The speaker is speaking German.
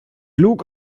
lug